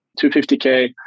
250K